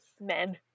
Men